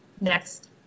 next